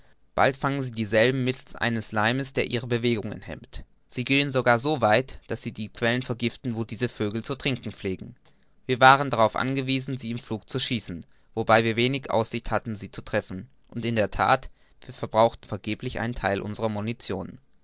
bald fangen sie dieselben mittelst eines leimes der ihre bewegungen hemmt sie gehen sogar so weit daß sie die quellen vergiften wo diese vögel zu trinken pflegen wir waren darauf angewiesen sie im flug zu schießen wobei wir wenig aussicht hatten sie zu treffen und in der that wir verbrauchten vergeblich einen theil unserer munition